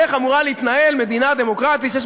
על איך אמורה להתנהל מדינה דמוקרטית שיש